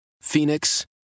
Phoenix